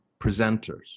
presenters